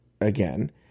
again